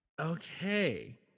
Okay